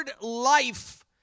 life